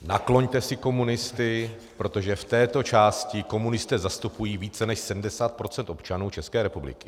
Nakloňte si komunisty, protože v této části komunisté zastupují více než 70 procent občanů České republiky.